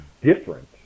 different